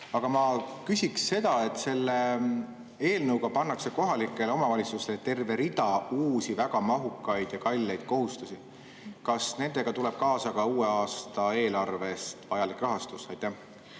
Aga ma küsiksin selle kohta, et selle eelnõuga pannakse kohalikele omavalitsustele terve rida uusi väga mahukaid ja kalleid kohustusi. Kas nendega tuleb kaasa ka uue aasta eelarvest vajalik rahastus? Aitäh,